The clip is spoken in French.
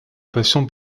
passion